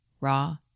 raw